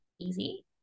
easy